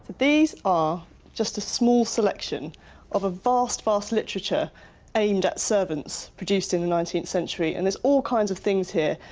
these are just a small selection of a vast, vast literature aimed at servants produced in the nineteenth century, and there's all kinds of things here.